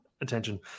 attention